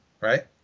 Right